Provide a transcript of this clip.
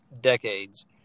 decades